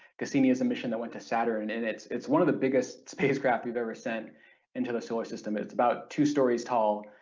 cassini is a mission that went to saturn and it's it's one of the biggest spacecraft we've ever sent into the solar system it's about two stories tall,